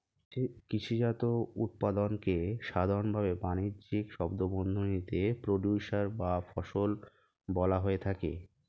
কৃষিজাত উৎপাদনকে সাধারনভাবে বানিজ্যিক শব্দবন্ধনীতে প্রোডিউসর বা ফসল বলা হয়ে থাকে